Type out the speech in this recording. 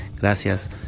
Gracias